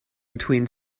between